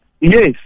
Yes